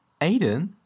Aiden